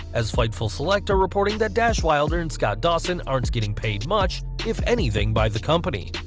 as fightful select are reporting that dash wilder and scott dawson aren't getting paid much, if anything by the company.